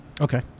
Okay